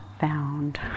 found